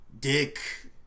dick